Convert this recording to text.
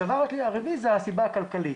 הדבר הרביעי זה הסיבה הכלכלית,